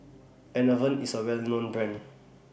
Enervon IS A Well known Brand